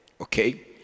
Okay